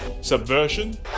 Subversion